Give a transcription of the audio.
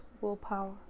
willpower